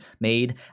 made